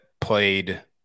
played